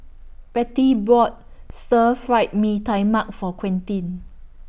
Rettie bought Stir Fry Mee Tai Mak For Quentin